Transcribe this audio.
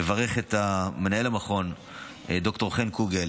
אני מברך את מנהל המכון ד"ר חן קוגל.